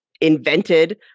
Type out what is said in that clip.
invented